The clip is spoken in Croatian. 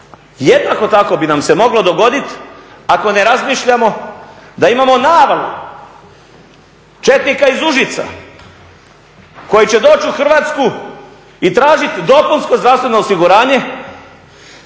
Jednako tako bi nam se moglo dogoditi ako ne razmišljamo da imamo navalu četnika iz Užica koji će doći u Hrvatsku i tražiti dopunsko zdravstveno osiguranje,